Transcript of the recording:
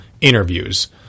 interviews